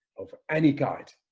of any kind